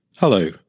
Hello